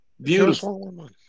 Beautiful